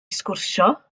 sgwrsio